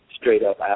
straight-up